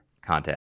content